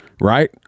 right